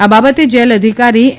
આ બાબતે જેલ અધિકારી એમ